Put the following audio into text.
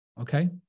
Okay